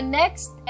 next